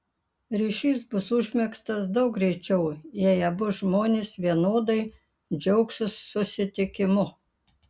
ryšys bus užmegztas daug greičiau jei abu žmonės vienodai džiaugsis susitikimu